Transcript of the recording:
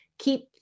keep